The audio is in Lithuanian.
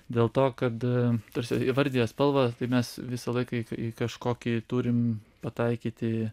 dėl to kad tarsi įvardija spalvą tai mes visą laiką į ka į kažkokį turim pataikyti